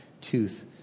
tooth